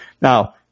Now